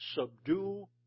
subdue